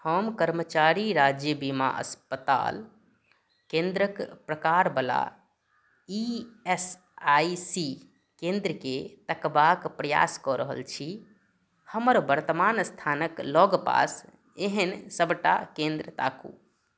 हम कर्मचारी राज्य बीमा अस्पताल केन्द्रके प्रकारवला ई एस आइ सी केन्द्रके तकबाके प्रयास कऽ रहल छी हमर वर्तमान स्थानके लगपास एहन सबटा केन्द्र ताकू